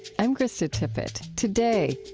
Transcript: i'm krista tippett. today,